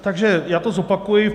Takže já to zopakuji.